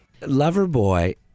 Loverboy